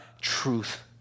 truth